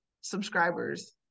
subscribers